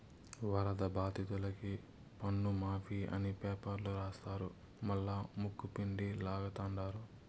వరద బాధితులకి పన్నుమాఫీ అని పేపర్ల రాస్తారు మల్లా ముక్కుపిండి లాగతండారు